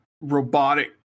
robotic